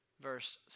verse